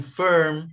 firm